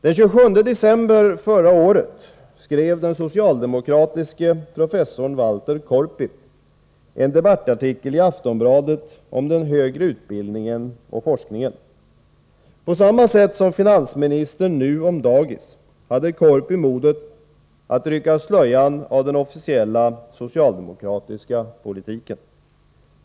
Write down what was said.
Den 27 december förra året skrev den socialdemokratiske professorn Walter Korpi en debattartikel i Aftonbladet om den högre utbildningen och forskningen. På samma sätt som finansministern nu om dagis hade Korpi modet att rycka slöjan av den officiella socialdemokratiska politiken.